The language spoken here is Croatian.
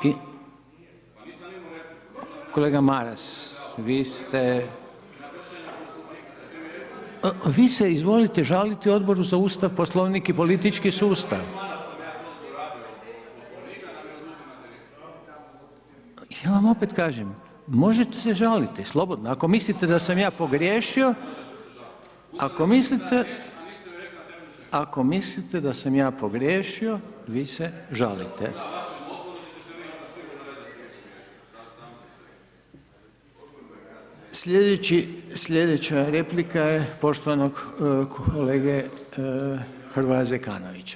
se ne čuje.]] Kolega Maras, vi ste, vi se izvolite žaliti Odboru za Ustav, Poslovnik i politički sustav. ... [[Upadica se ne čuje.]] Ja vam opet kažem, možete se žaliti, slobodno, ako mislite da sam ja pogriješio, …... [[Upadica se ne čuje.]] ako mislite da sam ja pogriješio vi se žalite. ... [[Upadica se ne čuje.]] Sljedeća replika je poštovanog kolege Hrvoja Zekanovića.